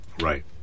right